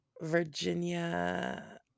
virginia